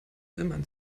wimmern